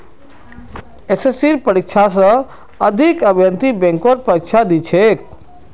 एसएससीर परीक्षा स अधिक अभ्यर्थी बैंकेर परीक्षा दी छेक